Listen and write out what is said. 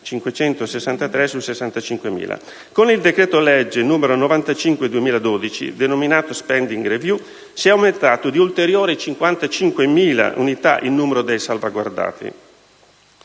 Con il decreto-legge n. 95 del 2012, denominato *spending review*, si è poi aumentato di ulteriori 55.000 unità il numero dei salvaguardati